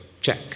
check